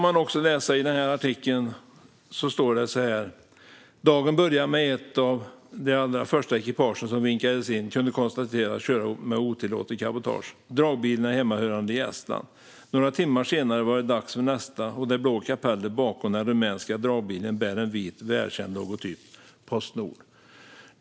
I artikeln framgår vidare: "Dagen började med att ett av de allra första ekipagen som vinkades in kunde konstateras köra otillåtet cabotage. Dragbilen är hemmahörande i Estland. Några timmar senare var det dags för nästa. Det blå kapellet bakom den rumänske dragbilen bär en vit, välkänd logotyp - Postnord."